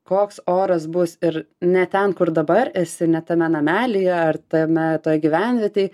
koks oras bus ir ne ten kur dabar esi ne tame namelyje ar tame toj gyvenvietėj